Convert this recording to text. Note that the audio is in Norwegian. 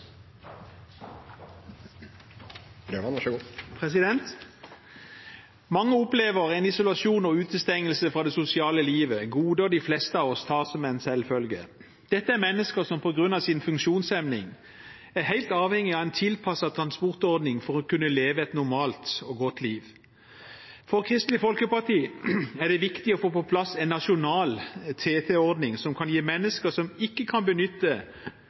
Mange opplever isolasjon og utestengelse fra det sosiale livet, goder de fleste av oss tar som en selvfølge. Dette er mennesker som på grunn av sin funksjonshemning er helt avhengige av en tilpasset transportordning for å kunne leve et normalt og godt liv. For Kristelig Folkeparti er det viktig å få på plass en nasjonal TT-ordning som kan gi mennesker som ikke kan benytte